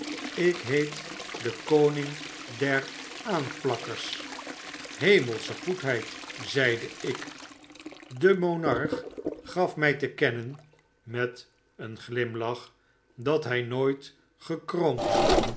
ik heet de koning der aanplakkers hemelsche goedheid zeide ik de monarch gaf my tekennen meteenglimlach dat hy nooit gekroond